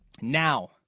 now